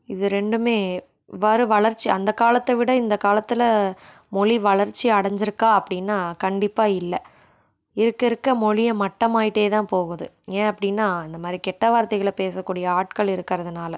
இது ரெண்டுமே வரும் வளர்ச்சி அந்தக்காலத்தை விட இந்த காலத்தில் மொழி வளர்ச்சி அடைஞ்சிருக்கா அப்டின்னா கண்டிப்பாக இல்லை இருக்க இருக்க மொழிய மட்டமாகிட்டே தான் போகுது ஏன் அப்படின்னா இந்தமாதிரி கெட்ட வார்த்தைகளை பேசக்கூடிய ஆட்கள் இருக்கிறதுனால